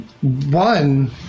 One